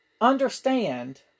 understand